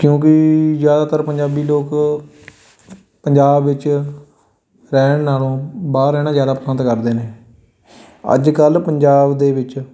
ਕਿਉਂਕਿ ਜ਼ਿਆਦਾਤਰ ਪੰਜਾਬੀ ਲੋਕ ਪੰਜਾਬ ਵਿੱਚ ਰਹਿਣ ਨਾਲੋਂ ਬਾਹਰ ਰਹਿਣਾ ਜ਼ਿਆਦਾ ਪਸੰਦ ਕਰਦੇ ਨੇ ਅੱਜ ਕੱਲ੍ਹ ਪੰਜਾਬ ਦੇ ਵਿੱਚ